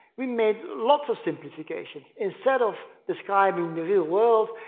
we made lots of simplifications. instead of describing the real world,